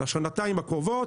לשנתיים הקרובות.